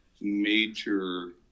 major